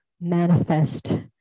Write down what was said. manifest